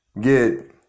get